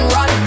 Run